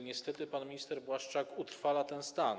Niestety pan minister Błaszczak utrwala ten stan.